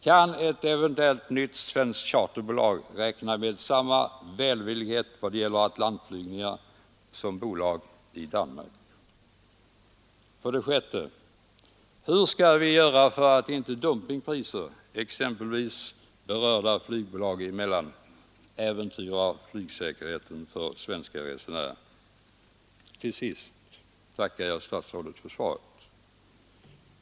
Kan ett eventuellt nytt svenskt charterbolag räkna med samma välvillighet vad gäller Atlantflygningar som bolag i Danmark? Till sist tackar jag statsrådet för svaret.